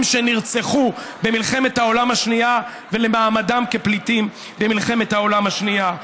שנרצחו במלחמת העולם השנייה ולמעמדם כפליטים במלחמת העולם השנייה.